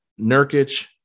Nurkic